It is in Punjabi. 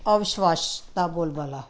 ਅਵਿਸ਼ਵਾਸ ਦਾ ਬੋਲ ਬਾਲਾ ਹੈ